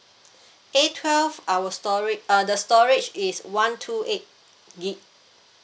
A twelve our storage uh the storage is one two eight gig